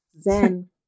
zen